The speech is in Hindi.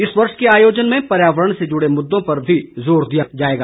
इस वर्ष के आयोजन में पर्यावरण से जुड़े मुद्दों पर भी जोर दिया जाएगा